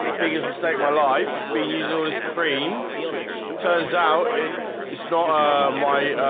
biggest mistake my life being using and as cream turns out it it's not ah my